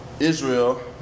Israel